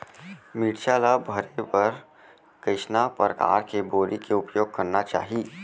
मिरचा ला भरे बर कइसना परकार के बोरी के उपयोग करना चाही?